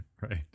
Right